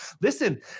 Listen –